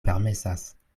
permesas